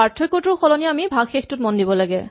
পাৰ্থক্যটোৰ সলনি আমি ভাগশেষটোত মন দিব লাগে